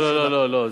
לא, לא, לא, לא.